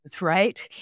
right